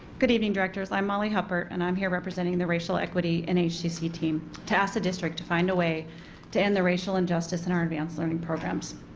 good evening directors, i am molly huppert and i am here representing the racial equity in hcc team. to ask the district to find a way to end the racial injustice in our advanced learning programs.